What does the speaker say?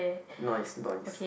noise noise